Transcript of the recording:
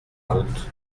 route